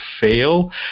fail